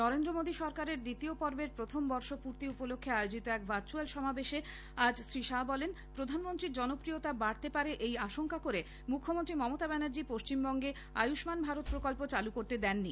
নরেন্দ্র মোদী সরকারের দ্বিতীয় পর্বের প্রথমবর্ষ পূর্তি উপলক্ষ্যে আয়োজিত এক ভার্চুয়াল সমাবেশে আজ শ্রী শাহ্ বলেন প্রধানমন্ত্রী জনপ্রিয়তা বাড়তে পারে এই আশঙ্কা করে মুখ্যমন্ত্রী মমতা ব্যানার্জী পশ্চিমবঙ্গে আয়ুষ্মান ভারত প্রকল্প চালু করতে দেননি